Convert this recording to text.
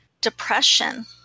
Depression